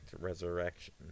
Resurrection